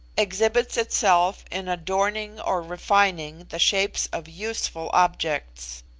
exhibits itself in adorning or refining the shapes of useful objects.